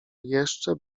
jeszcze